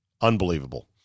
Unbelievable